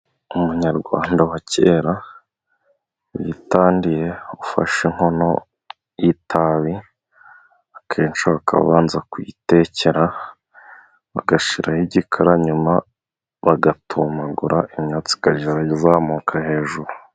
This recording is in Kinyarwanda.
Umunyarwanda wa kera witandiye ufashe inkono y'itabi, akenshi bakaba babanza kuyitekera bagashyiraho igikara, nyuma bagatumagura imyotsi ikajya irazamuka hejuru.